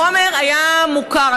החומר היה מוכר.